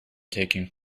taking